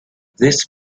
this